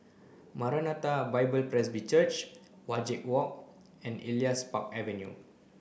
Maranatha Bible Presby Church Wajek Walk and Elias Park Avenue